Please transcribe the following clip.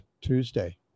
Tuesday